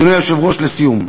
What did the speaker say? אדוני היושב-ראש, לסיום,